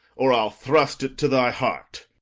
or i'll thrust it to thy heart.